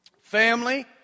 Family